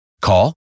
Call